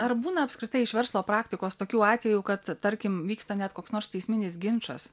ar būna apskritai iš verslo praktikos tokių atvejų kad tarkim vyksta net koks nors teisminis ginčas